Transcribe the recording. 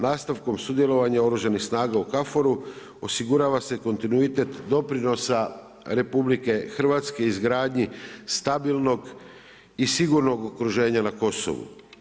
Nastavkom sudjelovanjem oružanih snaga u Kaforu osigurava se kontinuitet doprinosa RH, izgradnji stabilnog i sigurnog okruženja na Kosovu.